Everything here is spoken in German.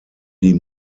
die